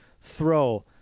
throw